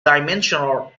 dimensional